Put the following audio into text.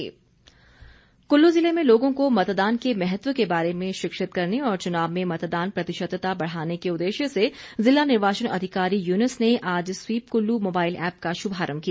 mobile app Kullu जिले में लोगों को मतदान के महत्व के बारे में शिक्षित करने और चुनाव में मतदान प्रतिशतता बढ़ाने के उद्देश्य से जिला निर्वाचन अधिकारी युनूस ने आज स्वीप कुल्लू मोबाइल ऐप का शुभारंभ किया